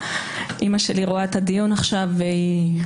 אימא שלי רואה את הדיון עכשיו --- אני